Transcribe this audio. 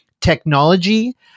technology